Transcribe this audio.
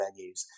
venues